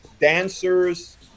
dancers